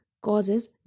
causes